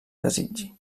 desitgi